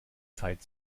zeit